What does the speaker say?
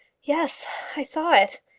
yes i saw it,